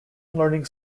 learning